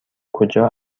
کجا